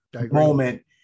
moment